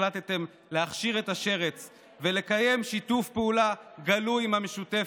החלטתם להכשיר את השרץ ולקיים שיתוף פעולה גלוי עם המשותפת,